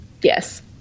yes